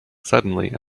suddenly